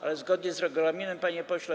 Ale zgodnie z regulaminem, panie pośle.